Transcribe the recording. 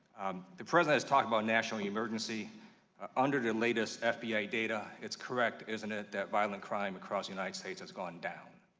the president has talked about national emergency under the latest fbi data it's correct isn't it, that violent crimes across the united states has gone down?